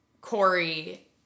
Corey